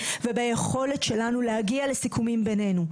וביכולת שלנו להגיע לסיכומים בינינו.